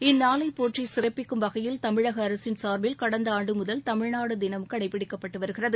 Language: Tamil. இந்நாளை போற்றி சிறப்பிக்கும் வகையில் தமிழக அரசின் சார்பில் கடந்த ஆண்டு முதல் தமிழ்நாடு தினமாக கடைப்பிடிக்கப்படுகிறது